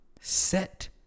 Set